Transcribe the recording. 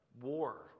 War